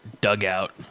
dugout –